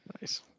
Nice